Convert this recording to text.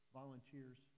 volunteers